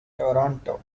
toronto